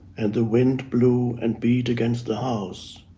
and the wind blew and beat against the house.